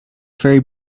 ferry